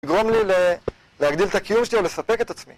יגרום לי להגדיל את הקיום שלי או לספק את עצמי